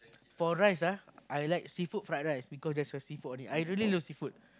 for rice ah I like seafood fried rice because there's a seafood on it I really love seafood